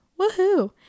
Woohoo